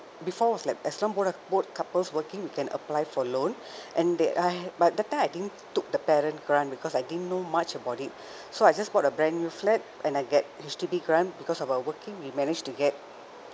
before was like as long of both both couples working we can apply for loan and they I but that time I didn't took the parent grant because I didn't know much about it so I just bought a brand new flat and I get H_D_B grant because of our working we managed to get